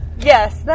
Yes